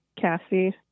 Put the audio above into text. Cassie